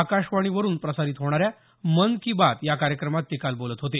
आकाशवाणीवरून प्रसारीत होणाऱ्या मन की बात या कार्यक्रमात ते काल बोलत होते